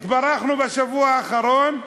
התברכנו בשבוע האחרון: